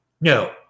no